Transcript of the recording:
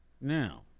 Now